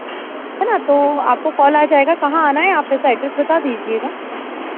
है ना तो आपको कॉल आ जाएगा कहाँ आना है आप पता एड्रेस बता दीजिएगा